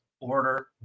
order